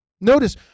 Notice